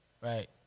Right